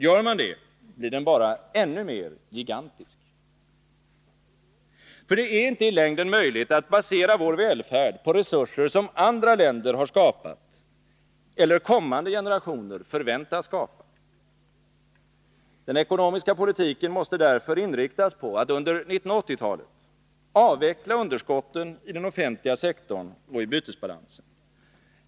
Gör man det, blir den bara ännu mer gigantisk. Det är i längden inte möjligt att basera vår välfärd på resurser som andra länder har skapat eller kommande generationer förväntas skapa. Den ekonomiska politiken måste därför inriktas på att under 1980-talet avveckla underskotten i den offentliga sektorn och i bytesbalansen.